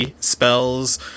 spells